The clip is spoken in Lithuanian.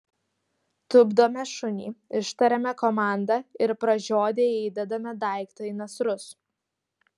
tupdome šunį ištariame komandą ir pražiodę įdedame daiktą į nasrus